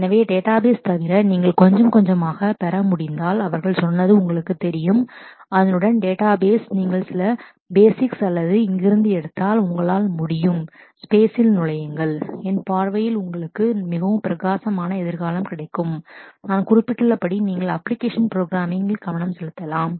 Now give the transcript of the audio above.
எனவே databases databases தவிர நீங்கள் கொஞ்சம் கொஞ்சமாகப் பெற முடிந்தால் அவர் சொன்னது உங்களுக்குத் தெரியும் அதனுடன் டேட்டாபேஸ் நீங்கள் சில பேசிக்ஸ் basics அல்லது இங்கிருந்து எடுத்தால் உங்களால் முடியும் ஸ்பேசில் space நுழையுங்கள் என் பார்வையில் உங்களுக்கு மிகவும் பிரகாசமான எதிர்காலம் கிடைக்கும் நான் குறிப்பிட்டுள்ளபடி நீங்கள் அப்ளிக்கேஷன் ப்ரோக்ராம்மிங் application programming கவனம் செலுத்தலாம்